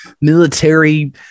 military